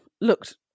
looked